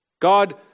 God